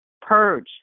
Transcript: purge